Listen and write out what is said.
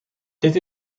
dit